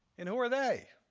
and who are they?